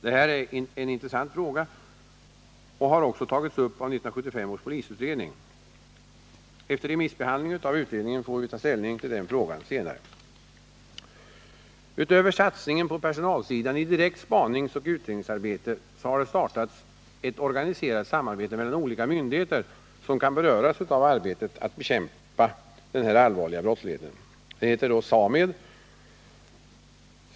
Detta är en intressant fråga, och den har också tagits upp av 1975 års polisutredning. Efter remissbehandling av utredningen får vi ta ställning till den frågan. Utöver satsningen på personalsidan i direkt spaningsoch utredningsarbete har det startats ett organiserat samarbete mellan olika myndigheter som kan beröras av arbetet med att bekämpa den här allvarliga brottsligheten. Denna grupp heter SAMEB.